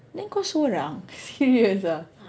then kau sorang serious ah